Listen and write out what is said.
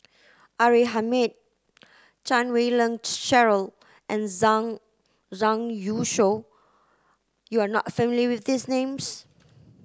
R A Hamid Chan Wei Ling Cheryl and Zhang Zhang Youshuo you are not familiar with these names